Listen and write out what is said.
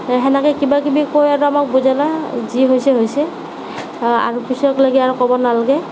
সেনেকে কিবাকিবি কৈ আৰু আমাক বুজালে যি হৈছে হৈছে আৰু পিছকলৈকে আৰু ক'ব নালাগে